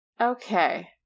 Okay